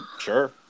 sure